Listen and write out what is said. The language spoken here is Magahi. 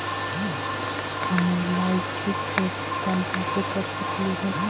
हम एल.आई.सी के भुगतान कैसे कर सकली हे?